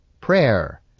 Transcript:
prayer